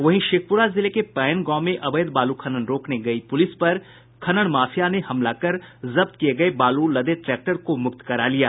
वहीं शेखपुरा जिले के पैन गांव में अवैध बालू खनन रोकने गयी पुलिस पार्टी पर खनन माफिया ने हमला कर जब्त किये गये बालू लदे ट्रैक्टर को मुक्त करा लिया